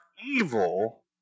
evil